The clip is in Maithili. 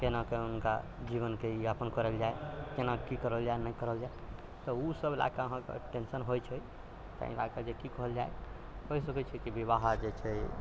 केनाके हुनका जीवनके यापन करल जाइत केना कि करल जाइत नहि करल जाइत तऽ ओसभ लऽ कऽ अहाँके टेन्शन होइ छै ताहि लकऽ जे कि कहल जाइत कहि सकै छी जे विवाह जे छै